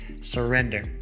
surrender